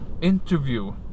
interview